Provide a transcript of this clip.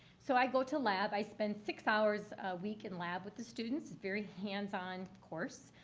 so i go to lab. i spend six hours a week in lab with the students. very hands on course.